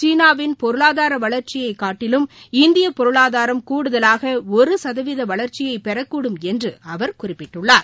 சீனாவின் பொருளாதார வளர்ச்சியைக் காட்டிலும் இந்திய பொருளாதாரம் கூடுதலாக ஒரு சதவீத வளர்ச்சியை பெறக்கூடும் என்று அவர் குறிப்பிட்டுள்ளார்